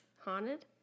haunted